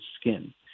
skin